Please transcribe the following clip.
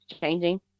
changing